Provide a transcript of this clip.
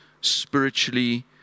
spiritually